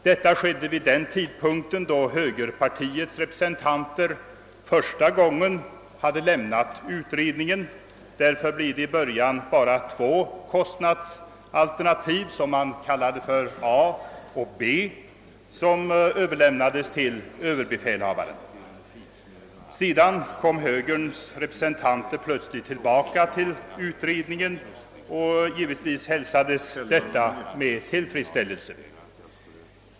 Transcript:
Detta skedde vid den tidpunkt då högerpartiets representanter första gången hade lämnat utredningen. Därför blev det i början bara två kostnadsalternativ som man kallade för A och B, som överlämnades till överbefälhavaren. Sedan kom högerns representanter plötsligt tillbaka till utredningen och givetvis hälsades detta med tillfredsställelse.